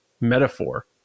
metaphor